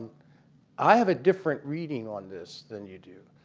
i have a different reading on this than you do.